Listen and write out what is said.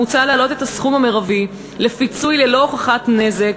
מוצע להעלות את הסכום המרבי לפיצוי ללא הוכחת נזק